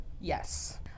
Yes